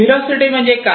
velocity म्हणजे काय